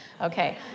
Okay